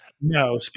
No